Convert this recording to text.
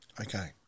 Okay